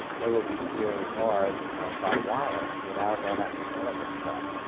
they will be steering cars by wire, without all that mechanical stuff.